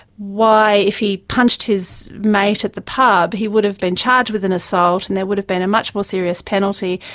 why, if he punched his mate at the pub he would have been charged with assault and there would have been a much more serious penalty,